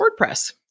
WordPress